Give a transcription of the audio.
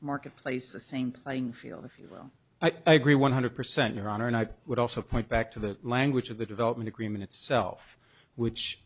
marketplace the same playing field if you well i agree one hundred percent your honor and i would also point back to the language of the development agreement itself which